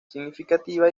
significativa